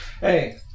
Hey